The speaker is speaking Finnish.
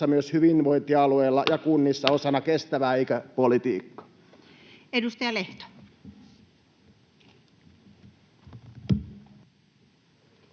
myös hyvinvointialueilla ja kunnissa osana kestävää ikäpolitiikkaa. Edustaja Lehto.